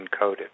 encoded